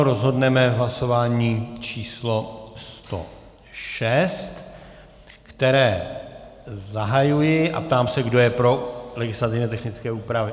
Rozhodneme v hlasování číslo 106, které zahajuji, a ptám se, kdo je pro legislativně technické úpravy.